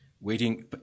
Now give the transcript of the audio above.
waiting